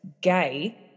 gay